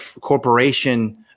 corporation